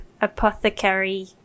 apothecary